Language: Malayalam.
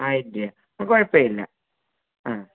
ആയിരം രൂപ അപ്പം കുഴപ്പമില്ല ആ